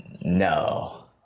No